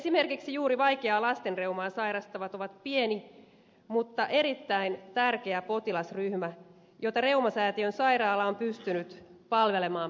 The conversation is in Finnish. esimerkiksi juuri vaikeaa lastenreumaa sairastavat ovat pieni mutta erittäin tärkeä potilasryhmä jota reumasäätiön sairaala on pystynyt palvelemaan poikkeuksellisen hyvin